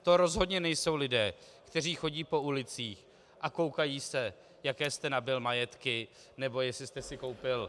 To rozhodně nejsou lidé, kteří chodí po ulicích a koukají se, jaké jste nabyl majetky, nebo jestli jste si koupil